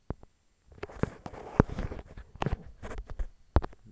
ಬೆತ್ತದ ಬಿದಿರು, ಬಾಂಬುಸ, ನಾನಾ, ಬೆರ್ರಿ, ಡ್ರ್ಯಾಗನ್, ನರ್ಬಾಸ್ ಮುಂತಾದ ಬಿದಿರಿನ ತಳಿಗಳನ್ನು ಭಾರತದಲ್ಲಿ ಕಾಣಬೋದು